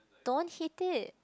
don't hit it